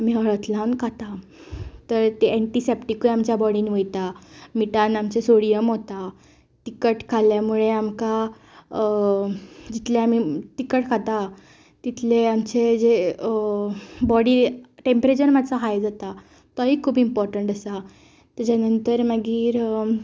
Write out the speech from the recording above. आमी हळद लावन खाता तर तें एंटीसेपटीकूय आमच्या बॉडीन वयता मिटान आमचें सोडीयम वता तिखट खाल्या मुळे आमकां जितलें आमी तिखट खाता तितले आमचे जे बॉडी टेंमप्रेचर मातसो हाय जाता तोयी खूब इमपोर्टंट आसा तेज्या नंतर मागीर